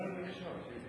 המדרגה הזאת,